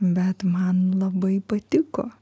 bet man labai patiko